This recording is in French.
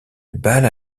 balle